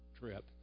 trip